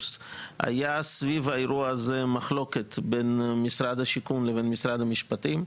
סביב האירוע הזה הייתה מחלוקת בין משרד השיכון למשרד המשפטים.